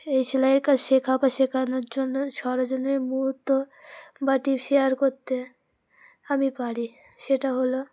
এই সেলাইয়ের কাজ শেখা বা শেখানোর জন্য সরজনের মুহূর্ত বা টিপ শেয়ার করতে আমি পারি সেটা হলো